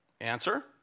Answer